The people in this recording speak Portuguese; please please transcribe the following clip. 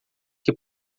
que